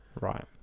right